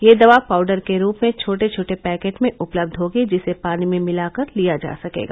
यह दवा पाउडर के रूप में छोटे छोटे पैकेट में उपलब्ध होगी जिसे पानी में मिलाकर लिया जा सकेगा